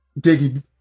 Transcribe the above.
Diggy